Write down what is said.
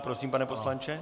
Prosím, pane poslanče.